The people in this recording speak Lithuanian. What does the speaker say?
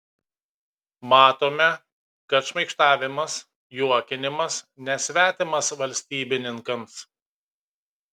matome kad šmaikštavimas juokinimas nesvetimas valstybininkams